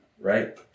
right